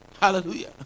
Hallelujah